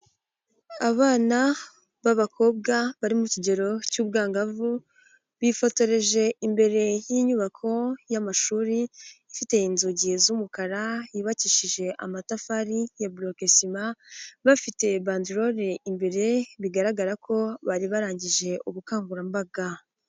Abana b'abakobwa bari mu kigero cy'ubwangavu bifotoreje imbere y'inyubako y'amashuri ifite inzugi z'umukara, yubakishije amatafari ya brokesima bafite bandlole imbere; bigaragara ko bari barangije ubukangurambaga.